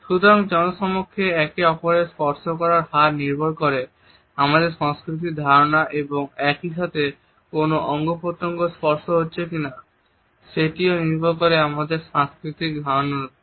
সুতরাং জনসমক্ষে একে অপরকে স্পর্শ করার হার নির্ভর করে আমাদের সাংস্কৃতিক ধারণা এবং একইসাথে কোন অঙ্গ প্রত্যঙ্গে স্পর্শ করা হচ্ছে সেটিও নির্ভর করে আমাদের সাংস্কৃতিক ধারণার ওপর